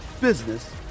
business